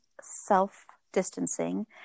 self-distancing